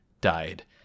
died